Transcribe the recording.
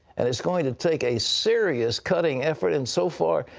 and it's going to take a serious cutting effort, and so far,